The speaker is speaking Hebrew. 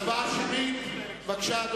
הצבעה שמית, בבקשה.